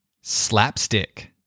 slapstick